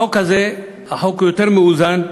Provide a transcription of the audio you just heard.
החוק הזה הוא יותר מאוזן,